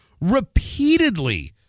Repeatedly